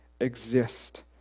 exist